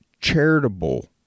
charitable